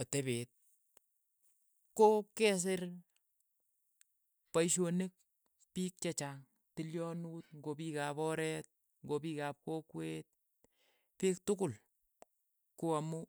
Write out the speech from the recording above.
atepeet ko kesiir paishonik piik che chaang, tilyonut ng'o piik ap oreet ng'o piik ap kokwet, piik tukul ko amu.